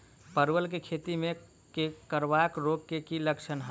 परवल केँ खेती मे कवक रोग केँ की लक्षण हाय?